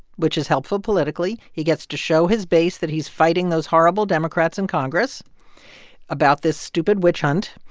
which is helpful politically. he gets to show his base that he's fighting those horrible democrats in congress about this stupid witch hunt.